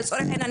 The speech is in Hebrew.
לצורך העניין,